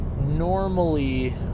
normally